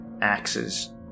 axes